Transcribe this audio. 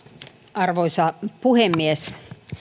arvoisa puhemies